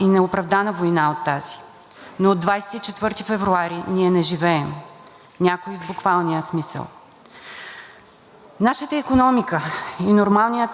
Нашата икономика и нормалният ни ритъм на живот спряха. Ние всеки ден губим работата си, домовете си и което е най-лошото, близките си.